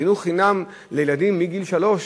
חינוך חינם לילדים מגיל שלוש,